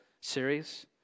series